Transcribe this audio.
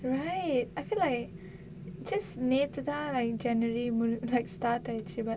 right I feel like just நேத்துதான்:nethuthaan like january முழு~:mulu~ like start ஆயிச்சி:aayichi but